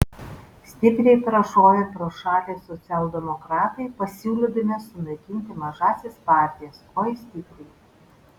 stipriai prašovė pro šalį socialdemokratai pasiūlydami sunaikinti mažąsias partijas oi stipriai